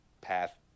path